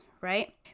right